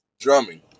Drumming